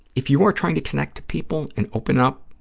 if you are trying to connect to people and open up,